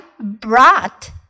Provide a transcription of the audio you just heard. brought